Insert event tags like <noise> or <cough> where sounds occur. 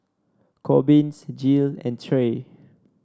Corbin <unintelligible> Jiles and Trae